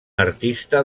artista